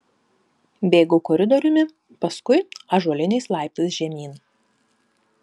bėgau koridoriumi paskui ąžuoliniais laiptais žemyn